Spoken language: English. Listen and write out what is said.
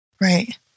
Right